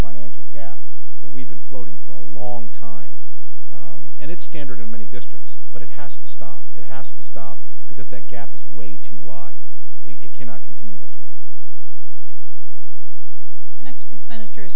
financial gap that we've been floating for a long time and it's standard in many districts but it has to stop it has to stop because that gap is way too wide it cannot continue this way and it's